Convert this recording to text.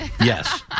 Yes